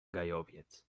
gajowiec